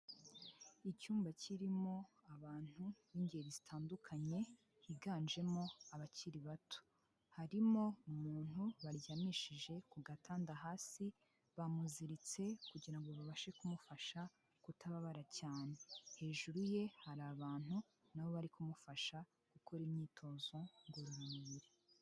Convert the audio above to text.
Icyumba kirimo abantu b'ingeri zitandukanye higanjemo abakiri bato, harimo umuntu baryamishije ku gatanda hasi bamuziritse kugira ngo babashe kumufasha kutababara cyane, hejuru ye hari abantu nabo bari kumufasha gukora imyitozo ngorora mubiri.